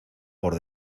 por